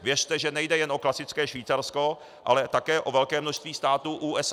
Věřte, že nejde jen o klasické Švýcarsko, ale také o velké množství států USA.